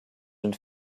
une